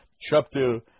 chapter